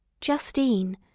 Justine